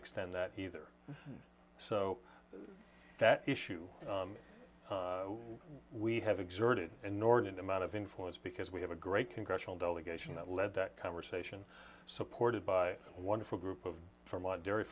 extend that either so that issue we have exerted inordinate amount of influence because we have a great congressional delegation that led that conversation supported by wonderful group of from a dairy